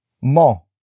mo